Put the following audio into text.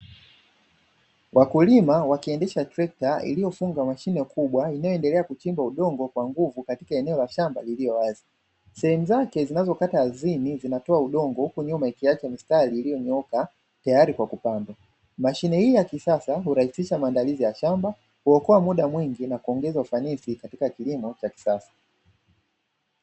Wakulima wakiendesha trekta iliyofungwa mashine kubwa inayoendelea kuchimba udongo kwa nguvu katika eneo la shamba lililowazi, sehemu zake zinazokata ardhini zinatoa udongo huku nyuma ikiacha mistari iliyonyooka tayari kwa kupandwa, mashine hii ya kisasa hurahisisha maandalizi ya shamba kuokoa muda mwingi na kuongeza ufanisi katika kilimo cha kisasa.